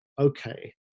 okay